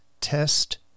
test